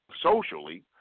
socially